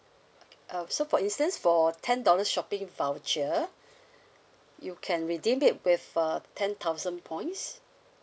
uh so for instance for ten dollar shopping voucher you can redeem it with uh ten thousand points